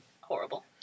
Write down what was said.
horrible